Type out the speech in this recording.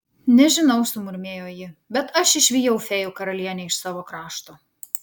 nežinau sumurmėjo ji bet aš išvijau fėjų karalienę iš savo krašto